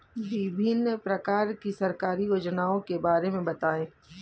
विभिन्न प्रकार की सरकारी योजनाओं के बारे में बताइए?